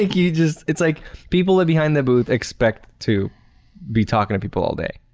you just it's like people are behind the booth expect to be talking to people all day,